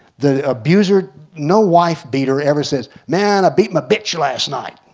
the abuser no wife-beater ever says, man i beat my bitch last night.